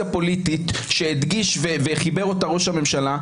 פוליטית שהדגיש וחיבר אותה ראש הממשלה,